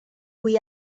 cui